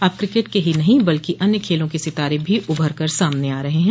अब क्रिकेट के ही नहीं बल्कि अन्य खेलों के सितारे भी उभर कर सामने आ रहे हैं